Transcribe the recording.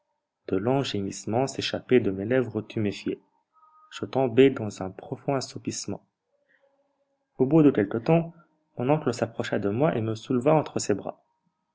de longs gémissements s'échappaient de mes lèvres tuméfiées je tombai dans un profond assoupissement au bout de quelque temps mon oncle s'approcha de moi et me souleva entre ses bras